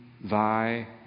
thy